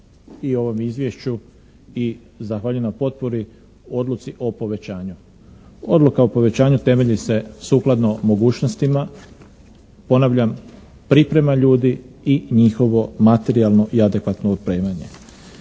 i ovom Izvješću i zahvaljujem na potpori Odluci o povećanju. Odluka o povećanju temelji se sukladno mogućnostima, ponavljam priprema ljudi i njihovo materijalno i adekvatno opremanje.